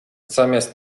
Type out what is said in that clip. zamiast